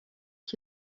ich